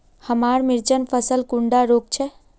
हमार मिर्चन फसल कुंडा रोग छै?